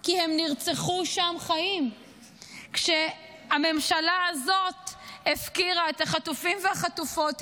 כי הם נרצחו שם חיים כשהממשלה הזאת הפקירה את החטופים והחטופות.